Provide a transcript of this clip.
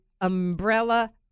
umbrella